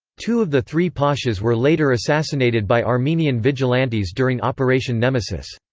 two of the three pashas were later assassinated by armenian vigilantes during operation nemesis.